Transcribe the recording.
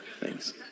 Thanks